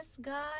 God